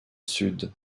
sud